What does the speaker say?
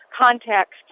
context